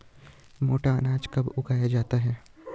मोटा अनाज कब उगाया जाता है?